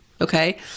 okay